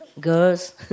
girls